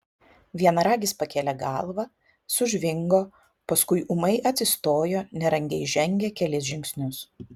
vienaragis pakėlė galvą sužvingo paskui ūmai atsistojo nerangiai žengė kelis žingsnius